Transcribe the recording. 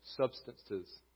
substances